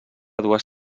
dues